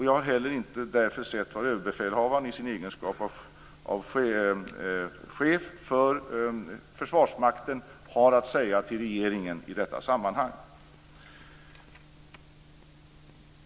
Jag vet därför inte vad överbefälhavaren i sin egenskap av chef för Försvarsmakten har att säga till regeringen i detta sammanhang.